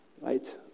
Right